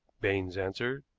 baines answered.